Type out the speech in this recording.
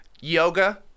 yoga